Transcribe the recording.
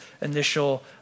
initial